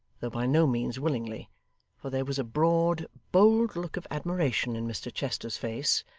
though by no means willingly for there was a broad, bold look of admiration in mr chester's face,